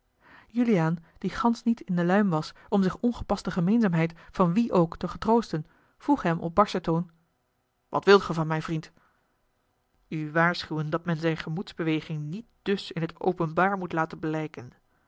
juliaan die gansch niet in de luim was om zich ongepaste gemeenzaamheid van wien ook te getroosten vroeg hem op barschen toon wat wilt gij van mij vriend u waarschuwen dat men zijne gemoedsbeweging niet dus in t openbaar moet laten blijken